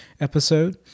episode